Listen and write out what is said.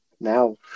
now